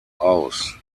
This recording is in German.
aus